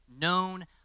known